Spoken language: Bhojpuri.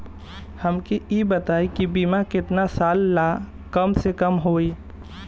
हमके ई बताई कि बीमा केतना साल ला कम से कम होई?